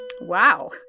Wow